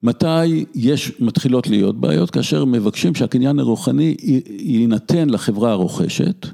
מתי יש מתחילות להיות בעיות כאשר מבקשים שהקניין הרוחני יינתן לחברה הרוכשת?